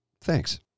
Thanks